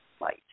light